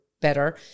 better